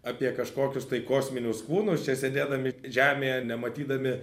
apie kažkokius tai kosminius kūnus čia sėdėdami žemėje nematydami